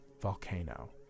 volcano